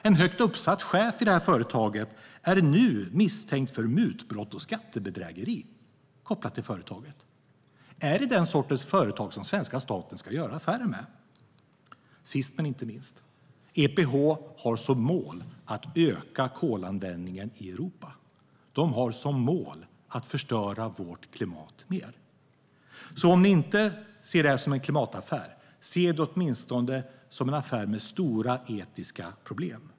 En högt uppsatt chef i detta företag är nu misstänkt för mutbrott och skattebedrägeri kopplat till företaget. Är det den sortens företag som svenska staten ska göra affärer med? Sist men inte minst: EPH har som mål att öka kolanvändningen i Europa. De har som mål att förstöra vårt klimat mer. Om ni inte ser detta som en klimataffär, se det åtminstone som en affär med stora etiska problem!